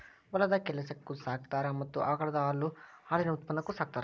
ಹೊಲದ ಕೆಲಸಕ್ಕು ಸಾಕತಾರ ಮತ್ತ ಆಕಳದ ಹಾಲು ಹಾಲಿನ ಉತ್ಪನ್ನಕ್ಕು ಸಾಕತಾರ